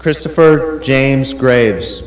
christopher james graves